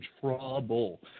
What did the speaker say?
trouble